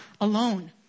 alone